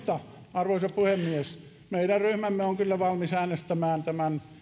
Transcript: arvoisa puhemies meidän ryhmämme on kyllä valmis äänestämään tämän